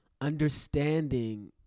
understanding